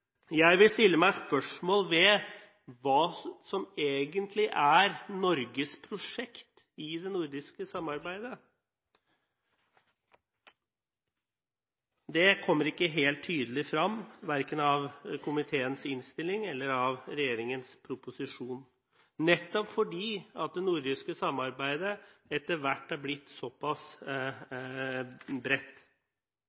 Jeg vil stille spørsmål ved hva som egentlig er Norges prosjekt i det nordiske samarbeidet. Det kommer ikke helt tydelig frem, verken av komiteens innstilling eller av regjeringens proposisjon, nettopp fordi det nordiske samarbeidet etter hvert har blitt såpass